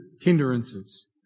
hindrances